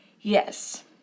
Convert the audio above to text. yes